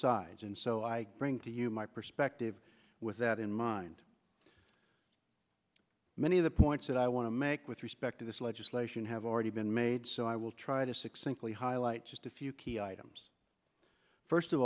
sides and so i bring to you my perspective with that in mind many of the points that i want to make with respect to this legislation have already been made so i will try to succinctly highlight just a few key items first of